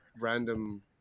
random